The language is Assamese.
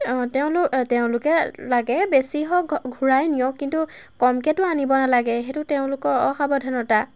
অঁ তেওঁলো তেওঁলোকে লাগে বেছি হওক ঘূৰাই নিয়ক কিন্তু কমকৈতো আনিব নালাগে সেইটো তেওঁলোকৰ অসাৱধানতা